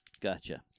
Gotcha